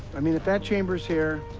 i mean, if that chamber's here,